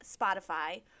Spotify